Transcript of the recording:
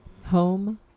home